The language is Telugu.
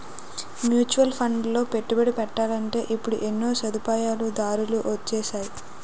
మ్యూచువల్ ఫండ్లలో పెట్టుబడి పెట్టాలంటే ఇప్పుడు ఎన్నో సదుపాయాలు దారులు వొచ్చేసాయి